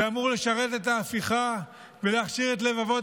זה אמור לשרת את ההפיכה ולהכשיר את לבבות